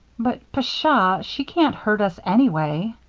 but, pshaw! she can't hurt us anyway.